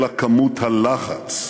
אלא כמות הלחץ.